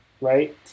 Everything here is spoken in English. right